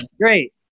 Great